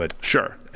Sure